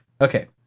Okay